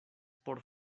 por